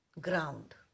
ground